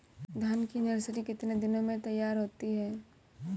धान की नर्सरी कितने दिनों में तैयार होती है?